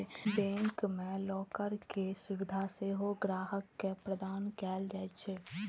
bank मे locker के सुविधा सेहो ग्राहक के प्रदान कैल जाइ छै